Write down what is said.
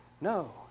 No